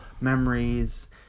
memories